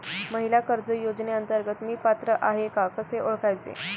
महिला कर्ज योजनेअंतर्गत मी पात्र आहे का कसे ओळखायचे?